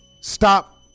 Stop